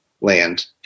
land